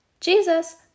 Jesus